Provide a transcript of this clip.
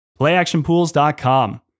playactionpools.com